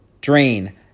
Drain